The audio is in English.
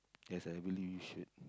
yes I believe you should